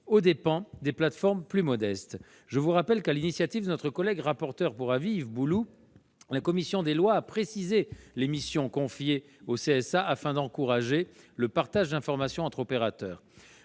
aux dépens de plateformes plus modestes. Je vous rappelle que, sur l'initiative de notre collègue rapporteur pour avis, Yves Bouloux, la commission des lois a précisé les missions confiées au CSA afin d'encourager le partage d'informations entre opérateurs.